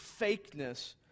fakeness